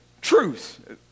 truth